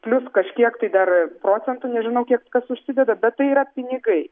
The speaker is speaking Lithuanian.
plius kažkiek tai dar procentų nežinau kiek kas užsideda bet tai yra pinigai